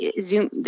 Zoom